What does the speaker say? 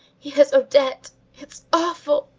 he has odette! it's awful,